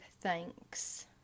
thanks